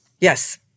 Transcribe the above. Yes